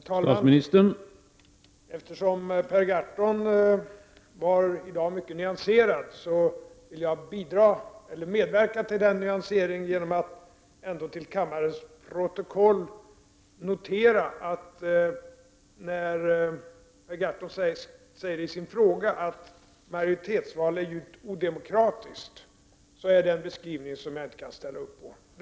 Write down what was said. Herr talman! Eftersom Per Gahrton i dag var mycket nyanserad, vill jag medverka till denna nyansering genom att till kammarens protokoll anteckna följande. I sin fråga säger Per Gahrton att majoritetsval är djupt odemokratiskt. Det är en beskrivning som jag inte kan ställa mig bakom.